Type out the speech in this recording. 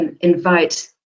invite